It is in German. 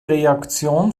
reaktion